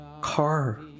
car